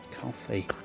coffee